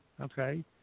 okay